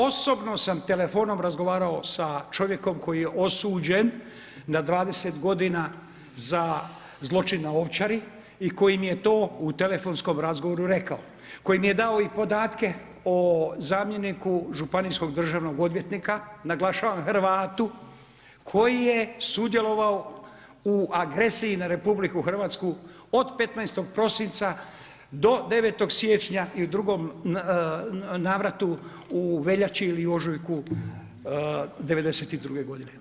Osobno sam telefonom razgovarao sa čovjekom koji je osuđen na 20 godina za zločin na Ovčari i koji mi je to u telefonskom razgovoru rekao, koji mi je dao i podatke o zamjeniku županijskog državnog odvjetnika, naglašavam Hrvatu koji je sudjelovao u agresiji na Republiku Hrvatsku od 15. prosinca do 9. siječnja i u drugom navratu u veljači ili ožujku 92. godine.